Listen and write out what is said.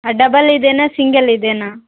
ಹಾ ಡಬ್ಬಲ್ ಇದೆಯಾ ಸಿಂಗಲ್ ಇದೆಯಾ